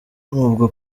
n’ubwa